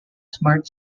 smart